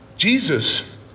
Jesus